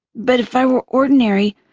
but if i were ordinary,